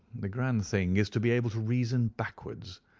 the grand thing is to be able to reason backwards.